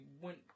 went